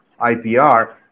IPR